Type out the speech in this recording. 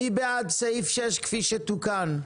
מי בעד סעיף 6 כפי שתוקן?